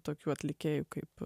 tokių atlikėjų kaip